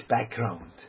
background